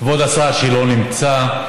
כבוד השר שלא נמצא.